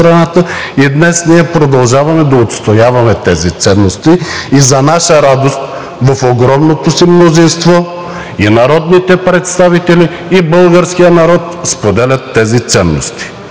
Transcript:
и днес ние продължаваме да отстояваме тези ценности. За наша радост в огромното си мнозинство и народните представители, и българският народ споделят тези ценности.